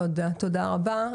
תודה רבה.